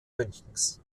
münchens